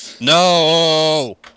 No